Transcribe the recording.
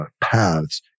paths